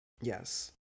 yes